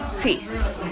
Peace